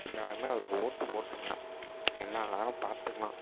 எல்லோருமே அவருக்கு ஓட்டு போட்டுருங்க என்ன நடந்தாலும் பார்த்துக்கலாம்